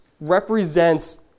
represents